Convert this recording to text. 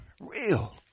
Real